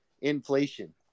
inflation